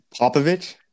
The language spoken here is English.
popovich